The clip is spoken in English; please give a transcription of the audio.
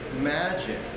magic